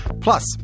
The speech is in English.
Plus